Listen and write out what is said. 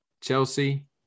Chelsea